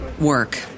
work